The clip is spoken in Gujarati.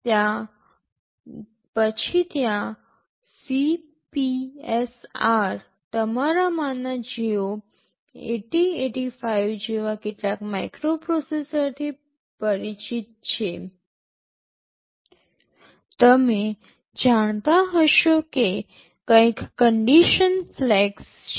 ત્યાં પછી ત્યાં CPSR તમારામાંના જેઓ ૮૦૮૫ જેવા કેટલાક માઇક્રોપ્રોસેસરથી પરિચિત છે તમે જાણતા હશો કે કંઇક કંડિશન ફ્લેગ્સ છે